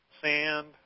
Sand